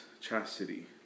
chastity